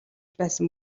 байсан